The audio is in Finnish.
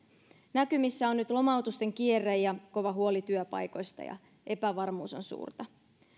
näkymissä on nyt lomautusten kierre ja kova huoli työpaikoista ja epävarmuus on suurta